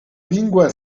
lingua